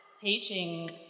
teaching